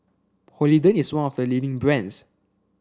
Polident is one of the leading brands